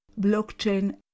blockchain